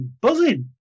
buzzing